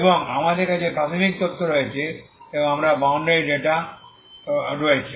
এবং আমাদের কাছে প্রাথমিক তথ্য রয়েছে এবং আমাদের বাউন্ডারি ডেটা রয়েছে